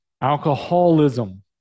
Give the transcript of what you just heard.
alcoholism